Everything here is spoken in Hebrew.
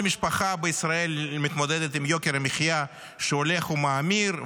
כל משפחה בישראל מתמודדת עם יוקר המחיה שהולך ומאמיר,